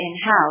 in-house